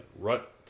rut